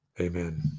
amen